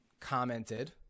commented